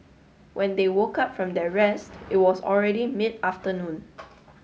when they woke up from their rest it was already mid afternoon